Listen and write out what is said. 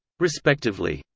respectively.